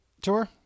tour